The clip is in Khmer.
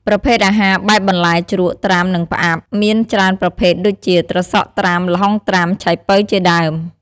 ប្រភេទអាហារបែបបន្លែជ្រក់ ត្រាំ និងផ្អាប់ មានច្រើនប្រភេទដូចជា ត្រសក់ត្រាំ ល្ហុងត្រាំ ឆៃពៅជាដើម។